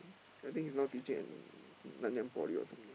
I think he's now teaching in Nanyang-Poly or something